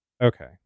okay